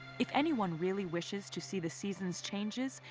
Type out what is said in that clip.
if anyone really wishes to see the season's changes,